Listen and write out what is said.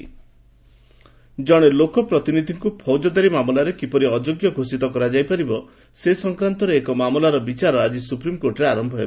SC lawmaker ଜଣେ ଲୋକ ପ୍ରତିନିଧିଙ୍କୁ ଫୌକଦାରୀ ମାମାଲାରେ କିପରି ଅଯୋଗ୍ୟ ଘୋଷିତ କରାଯାଇପାରିବ ସେ ସଂକ୍ରାନ୍ତରେ ଏକ ମାମଲାର ବିଚାର ଆକି ସ୍ୱପିମ୍କୋର୍ଟରେ ଆରମ୍ଭ ହେବ